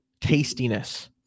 tastiness